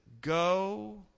go